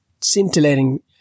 scintillating